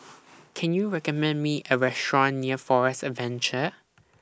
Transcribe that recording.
Can YOU recommend Me A Restaurant near Forest Adventure